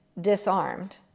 disarmed